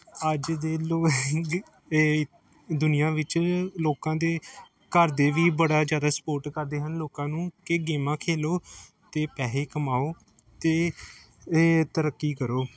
ਅੱਜ ਦੇ ਲੋਕ ਦੁਨੀਆ ਵਿੱਚ ਲੋਕਾਂ ਦੇ ਘਰ ਦੇ ਵੀ ਬੜਾ ਜ਼ਿਆਦਾ ਸਪੋਰਟ ਕਰਦੇ ਹਨ ਲੋਕਾਂ ਨੂੰ ਕਿ ਗੇਮਾਂ ਖੇਡੋ ਅਤੇ ਪੈਸੇ ਕਮਾਓ ਅਤੇ ਅਹ ਤਰੱਕੀ ਕਰੋ